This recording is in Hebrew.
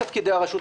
הדבר הראשון